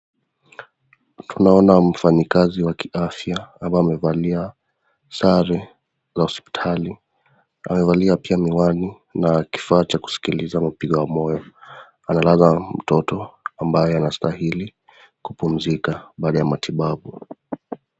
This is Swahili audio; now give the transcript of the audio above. Tunaona mfanyikazi wa kiafya kama amevalia sare za hospitali, amevalia pia miwani na kifaa cha kusikiliza mpigo wa moyo. analala mtoto ambaye anastahili kupumzika baada ya matibabu.